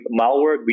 malware